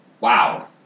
Wow